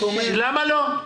למה לא?